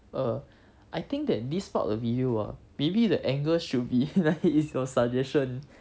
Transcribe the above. uh I think that this part of the video ah maybe the angle should be like it's your suggestion